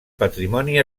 patrimoni